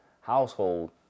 household